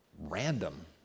random